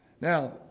Now